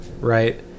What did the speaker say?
Right